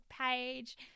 page